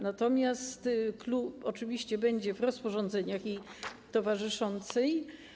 Natomiast clou oczywiście będzie w rozporządzeniach jej towarzyszących.